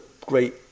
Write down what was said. great